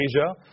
Asia